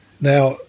now